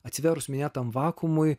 atsivėrus minėtam vakuumui